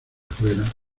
fuera